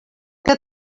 que